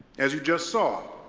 as we just saw,